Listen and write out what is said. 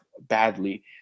badly